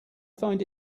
find